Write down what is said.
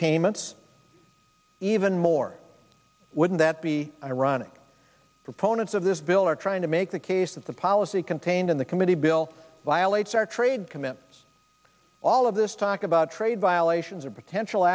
payments even more wouldn't that be ironic proponents of this bill are trying to make the case that the policy contained in the committee bill violates our trade command all of this talk about trade violations or potential